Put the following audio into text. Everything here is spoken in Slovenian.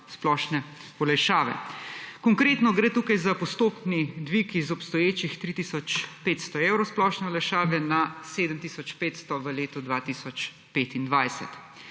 splošne olajšave. Konkretno gre tukaj za postopni dvig z obstoječih 3 tisoč 500 evrov splošne olajšave na 7 tisoč 500 v letu 2025.